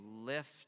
lift